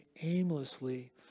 aimlessly